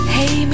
Hey